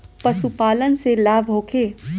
पशु पालन से लाभ होखे?